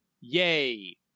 Yay